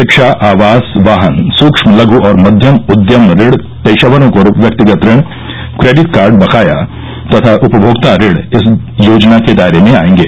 शिक्षा आवास वाहन सूक्ष्म लघु और मध्यम उद्यम ऋण पेशेवरों को व्यक्तिगत ऋण क्रेडिट कार्ड बकाया तथा उपभोक्ता ऋण इस योजना के दायरे में आएंगे